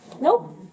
Nope